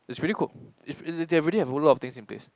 it's really cool it's they really have a whole lot of things in place